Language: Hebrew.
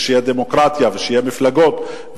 שתהיה דמוקרטיה ושיהיו מפלגות,